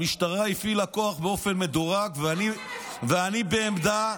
המשטרה הפעילה כוח באופן מדורג, ואני בעמדה,